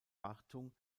wartung